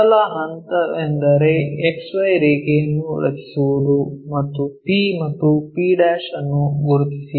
ಮೊದಲ ಹಂತವೆಂದರೆ XY ರೇಖೆಯನ್ನು ರಚಿಸುವುದು ಮತ್ತು p ಮತ್ತು p ಅನ್ನು ಗುರುತಿಸಿ